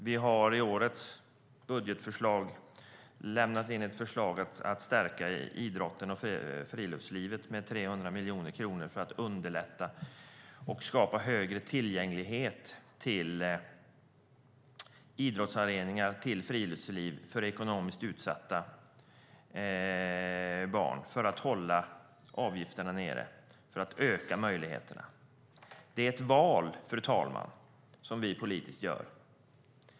Vi föreslår i årets budget förstärkningar på idrotten och friluftslivet med 300 miljoner kronor för att underlätta och skapa större tillgänglighet till idrottsanläggningar och friluftsverksamhet för ekonomiskt utsatta barn genom att kunna hålla nere avgifterna och därigenom öka möjligheterna. Det är ett val, fru talman, som vi gör politiskt.